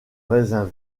raisin